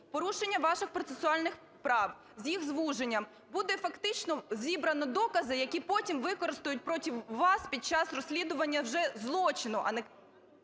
порушення ваших процесуальних прав, з їх звуженням, буде фактично зібрано докази, які потім використають проти вас під час розслідування вже злочину, а не…